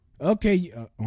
Okay